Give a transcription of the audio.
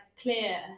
clear